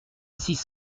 six